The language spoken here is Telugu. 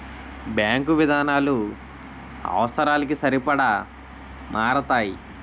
బ్యాంకు విధానాలు అవసరాలకి సరిపడా మారతాయి